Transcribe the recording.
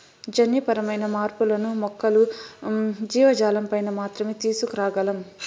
జన్యుపరమైన మార్పులను మొక్కలు, జీవజాలంపైన మాత్రమే తీసుకురాగలం